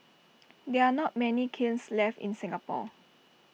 there are not many kilns left in Singapore